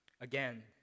Again